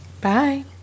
Bye